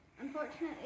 Unfortunately